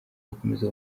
gukomeza